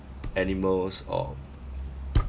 animals or